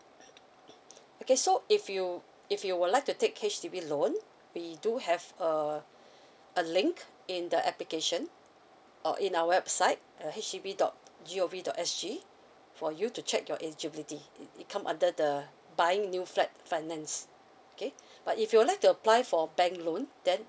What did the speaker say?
okay so if you if you would like to take H_D_B loan we do have uh a link in the application or in our website uh H D B dot G O V dot S G for you to check your eligibility it it come under the buying new flat finance okay but if you would like to apply for bank loan then